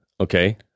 Okay